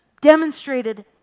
demonstrated